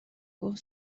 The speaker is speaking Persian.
گفت